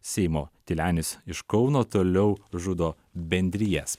seimo tylenis iš kauno toliau žudo bendrijas